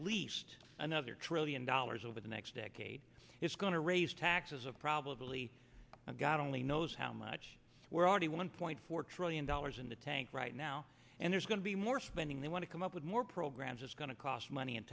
least another trillion dollars over the next decade it's going to raise taxes of probably god only knows how much we're already one point four trillion dollars in the tank right now and there's going to be more spending they want to come up with more programs it's going to cost money in